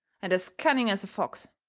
and as cunning as a fox.